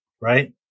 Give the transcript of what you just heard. right